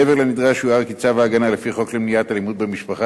מעבר לנדרש יוער כי צו ההגנה לפי חוק למניעת אלימות במשפחה,